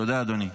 תודה, אדוני.